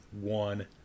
one